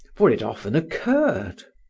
for it often occurred.